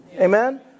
Amen